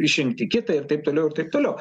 išrinkti kitą ir taip toliau ir taip toliau